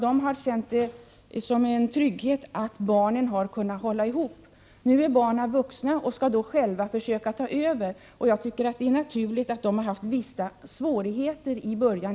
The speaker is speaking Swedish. De har känt det som en trygghet att barnen har kunnat hålla ihop. Nu är barnen vuxna och skall själva försöka ta över föreningen. Jag tycker att det är naturligt att de har haft vissa svårigheter i början.